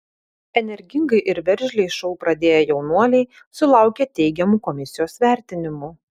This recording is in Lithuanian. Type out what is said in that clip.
energingai ir veržliai šou pradėję jaunuoliai sulaukė teigiamų komisijos vertinimų